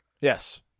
Yes